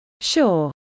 Sure